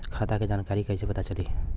खाता के जानकारी कइसे पता चली?